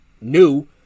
new